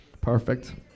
Perfect